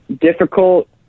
difficult